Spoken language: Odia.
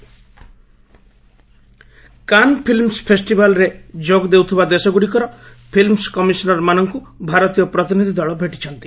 I and B Cannes Cannes film ଫେଷ୍ଟିଭାଲ୍ରେ ଯୋଗ ଦେଉଥିବା ଦେଶଗୁଡ଼ିକର ଫିଲ୍ମ କମିଶନରମାନଙ୍କୁ ଭାରତୀୟ ପ୍ରତିନିଧି ଦଳ ଭେଟିଛନ୍ତି